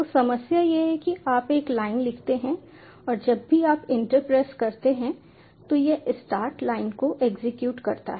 तो समस्या यह है कि आप एक लाइन लिखते हैं और जब भी आप इंटर प्रेस करते हैं तो यह स्टार्ट लाइन को एग्जीक्यूट करता है